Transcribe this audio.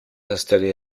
installé